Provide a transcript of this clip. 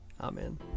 Amen